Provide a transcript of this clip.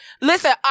Listen